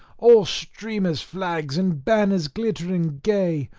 all streamers, flags and banners glittering gay,